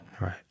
Right